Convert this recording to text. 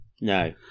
No